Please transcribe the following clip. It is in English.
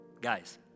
Guys